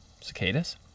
Cicadas